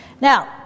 Now